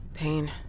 Pain